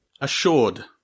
Assured